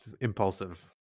impulsive